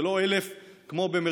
זה לא 1,000 כמו בערים,